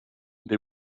dem